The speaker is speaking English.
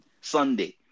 Sunday